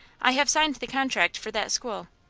i have signed the contract for that school.